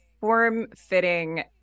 form-fitting